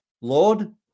Lord